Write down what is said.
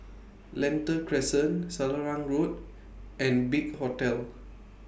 Lentor Crescent Selarang Road and Big Hotel